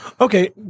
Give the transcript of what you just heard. Okay